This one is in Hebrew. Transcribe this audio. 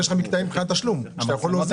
יש לך מקטעים מבחינת תשלום שאתה יכול להוזיל.